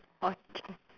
okay